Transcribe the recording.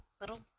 little